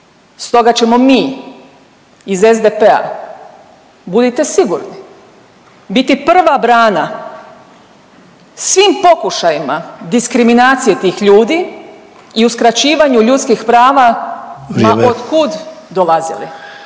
Stoga ćemo mi iz SDP-a, budite sigurni, biti prva brana svim pokušajima diskriminacije tih ljudi i uskraćivanju ljudskih prava…/Upadica Sanader: